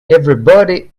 everybody